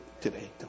today